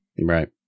Right